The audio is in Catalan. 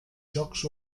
jocs